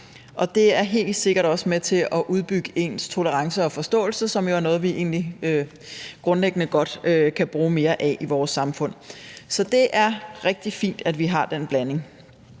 Men det er helt sikkert også med til at udbygge ens tolerance og forståelse, som jo egentlig er noget, vi grundlæggende godt kan bruge mere af i vores samfund. Så det er rigtig fint, at vi har den blanding.